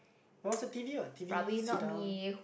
it was a T_V what T_V sit down